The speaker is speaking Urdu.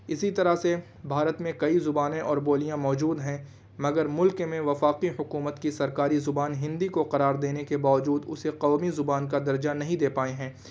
اسی طرح سے بھارت میں کئی زبانیں اور بولیاں موجود ہیں مگر ملک میں وفاقی حکومت کی سرکاری زبان ہندی کو قرار دینے کے باوجود اسے قومی زبان کا درجہ نہیں دے پائے ہیں